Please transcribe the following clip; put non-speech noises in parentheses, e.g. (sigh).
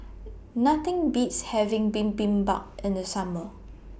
(noise) Nothing Beats having Bibimbap in The Summer